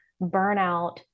burnout